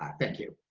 ah thank you.